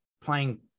playing